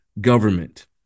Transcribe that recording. government